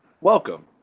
Welcome